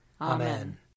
Amen